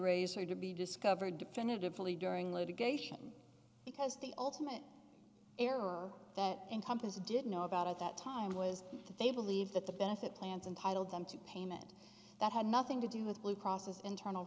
raise are to be discovered definitively during litigation because the ultimate error that encompass didn't know about at that time was that they believe that the benefit plans entitle them to payment that had nothing to do with blue cross is internal